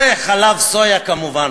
וחלב סויה כמובן,